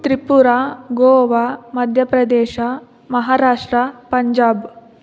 Tripura Goa Madhya Pradesh Maharashtra Punjab